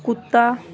ਕੁੱਤਾ